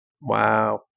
Wow